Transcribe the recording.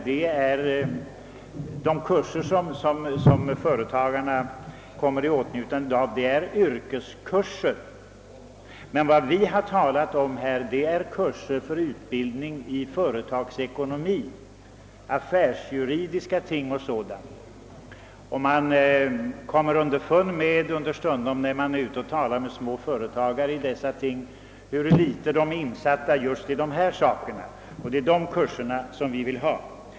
De kurser, som företagarna kommer i åtnjutande av, är yrkeskurser, men vad vi har talat om i detta sammanhang är kurser för utbildning i företagsekonomi, affärsjuridik och dylikt. Man blir understundom när man talar med småföretagare om dessa saker på det klara med huru litet de är insatta i sådant, och det är kurser i dessa frågor vi vill ha.